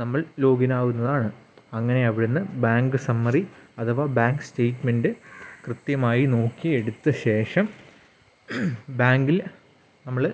നമ്മൾ ലോഗിനാകുന്നതാണ് അങ്ങനെ അവിടുന്ന് ബാങ്ക് സമ്മറി അഥവാ ബാങ്ക് സ്റ്റേമെൻറ്റ് കൃത്യമായി നോക്കിയെടുത്ത് ശേഷം ബാങ്കിൽ നമ്മള്